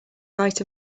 right